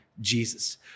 Jesus